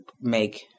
make